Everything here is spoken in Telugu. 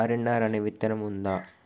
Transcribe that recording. ఆర్.ఎన్.ఆర్ అనే విత్తనం ఉందా?